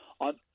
On